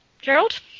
Gerald